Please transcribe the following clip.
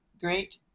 great